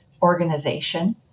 organization